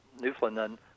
Newfoundland